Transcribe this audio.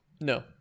No